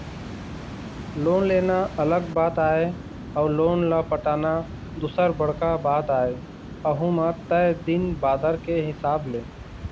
loan लेना अलग बात आय अउ लोन ल पटाना दूसर बड़का बात आय अहूँ म तय दिन बादर के हिसाब ले